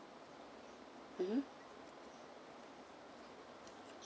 mmhmm